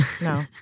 No